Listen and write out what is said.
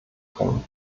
bringen